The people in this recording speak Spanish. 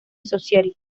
society